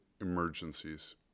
emergencies